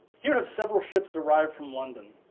here have several ships arrived from london.